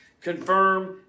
confirm